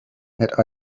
had